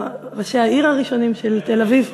וראשי העיר הראשונים של תל-אביב,